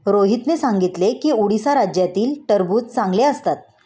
रोहितने सांगितले की उडीसा राज्यातील टरबूज चांगले असतात